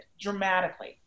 dramatically